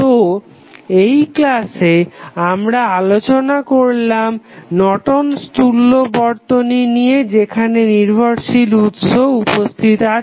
তো এই ক্লাসে আমরা আলোচনা করেছিলাম নর্টন'স তুল্য Nortons equivalent বর্তনী নিয়ে যেখানে নির্ভরশীল উৎস উপস্থিত আছে